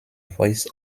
voice